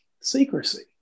secrecy